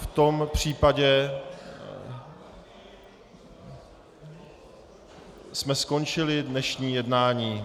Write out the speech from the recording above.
V tom případě jsme skončili dnešní jednání.